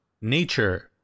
nature